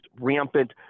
rampant